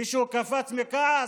מישהו קפץ מכעס?